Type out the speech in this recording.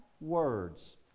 words